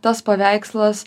tas paveikslas